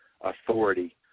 authority